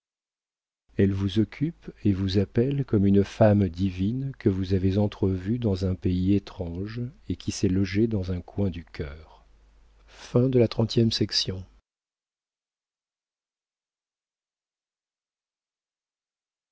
elle vous occupe et vous appelle comme une femme divine que vous avez entrevue dans un pays étrange et qui s'est logée dans un coin du cœur